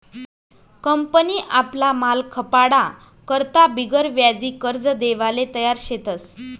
company आपला माल खपाडा करता बिगरव्याजी कर्ज देवाले तयार शेतस